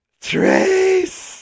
trace